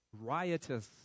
riotous